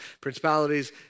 principalities